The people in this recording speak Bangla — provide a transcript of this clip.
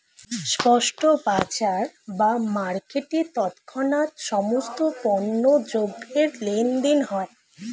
স্পট বাজার বা মার্কেটে তৎক্ষণাৎ সমস্ত পণ্য দ্রব্যের লেনদেন হয়